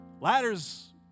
Ladders